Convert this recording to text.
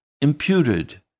imputed